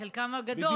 בחלקן הגדול.